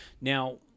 now